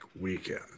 weekend